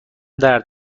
درد